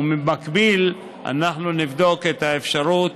ובמקביל אנחנו נבדוק את האפשרות